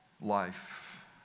life